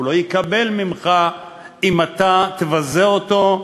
הוא לא יקבל ממך אם אתה תבזה אותו,